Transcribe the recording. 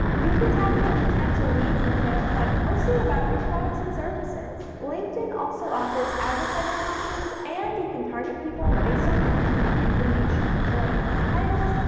you can tap into potential leads and sales by posting about your products and services. linkedin also offers advertising options and you can target people based on their company information like titles,